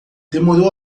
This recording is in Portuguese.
demorou